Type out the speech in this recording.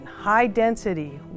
high-density